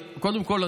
קודם כול,